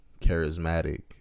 charismatic